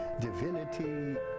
divinity